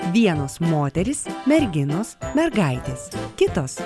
vienos moterys merginos mergaitės kitos